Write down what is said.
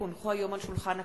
כי הונחו היום על שולחן הכנסת,